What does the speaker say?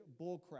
bullcrap